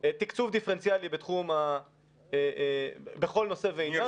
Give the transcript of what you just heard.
תקצוב דיפרנציאלי בכל נושא ועניין,